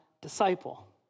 disciple